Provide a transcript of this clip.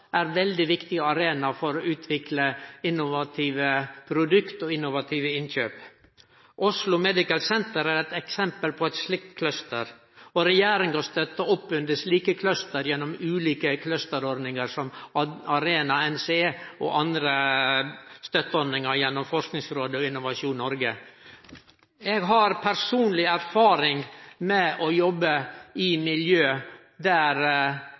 er veldig viktige arenaer for å utvikle innovative produkt og innovative innkjøp. Medical Centers Oslo er eit eksempel på ein slik cluster. Regjeringa støttar opp under slike cluster gjennom ulike clusterordningar, som Arena, NCE og andre støtteordningar, gjennom Forskningsrådet og gjennom Innovasjon Norge. Eg har personleg erfaring med å jobbe i forskingsmiljø der